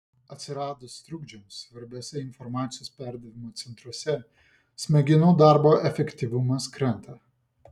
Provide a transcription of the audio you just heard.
atsiradus trukdžiams svarbiuose informacijos perdavimo centruose smegenų darbo efektyvumas krenta